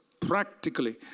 practically